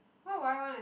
what would I want